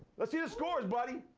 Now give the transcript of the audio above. let's see the scores, buddy.